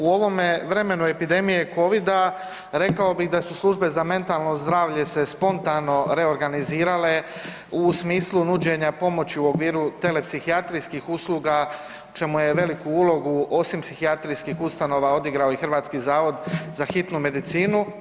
U ovome vremenu epidemije covida rekao bih da su službe za mentalno zdravlje se spontano reorganizirale u smislu nuđenja pomoći u okviru tele psihijatrijskih usluga u čemu je veliku ulogu osim psihijatrijskih ustanova odigrao i Hrvatski zavod za hitnu medicinu.